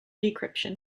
decryption